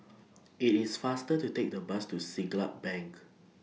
IT IS faster to Take The Bus to Siglap Bank